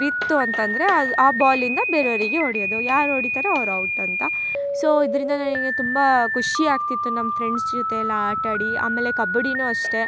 ಬಿತ್ತು ಅಂತಂದರೆ ಅದು ಆ ಬಾಲಿಂದ ಬೇರೆಯವರಿಗೆ ಹೊಡಿಯೋದು ಯಾರು ಹೊಡಿತಾರೆ ಅವ್ರು ಔಟ್ ಅಂತ ಸೊ ಇದರಿಂದ ನನಗೆ ತುಂಬ ಖುಷಿ ಆಗ್ತಿತ್ತು ನಮ್ಮ ಫ್ರೆಂಡ್ಸ್ ಜೊತೆ ಎಲ್ಲ ಆಟಾಡಿ ಆಮೇಲೆ ಕಬಡ್ಡಿ ಅಷ್ಟೇ